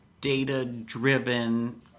data-driven